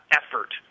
effort